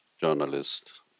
journalist